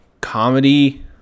comedy